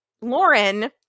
Lauren